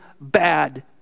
bad